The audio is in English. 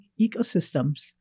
ecosystems